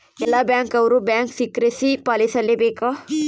ಎಲ್ಲ ಬ್ಯಾಂಕ್ ಅವ್ರು bank secrecy ಪಾಲಿಸಲೇ ಬೇಕ